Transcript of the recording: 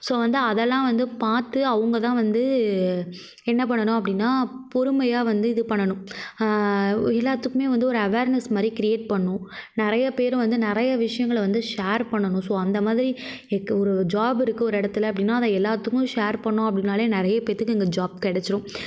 so வந்து அதெலாம் வந்து பார்த்து அவங்கதான் வந்து என்ன பண்ணணும் அப்படினா பொறுமையாக வந்து இது பண்ணணும் எல்லாத்துக்குமே வந்து ஒரு அவர்னஸ் மாதிரி க்ரியேட் பண்ணணும் நிறைய பேர் வந்து நிறைய விஷயங்களை வந்து ஷேர் பண்ணணும் ஸோ அந்த மாதிரி ஒரு ஜாப் இருக்குது ஒரு இடத்துல அப்படினா அதை எல்லாத்துக்கும் ஷேர் பண்ணணும் அப்படினாலே நிறைய பேருத்துக்கு இங்கே ஜாப் கிடைச்சிரும்